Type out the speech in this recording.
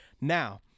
Now